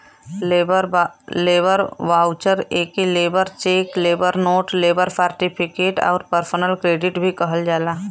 labour voucher एके labour cheque, labour note, labour certificate आउर personal credit भी कहल जाला